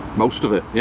most of it yeah,